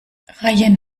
rayen